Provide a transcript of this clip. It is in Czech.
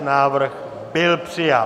Návrh byl přijat.